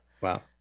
Wow